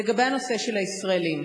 לגבי הנושא של הישראלים,